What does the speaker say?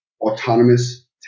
autonomous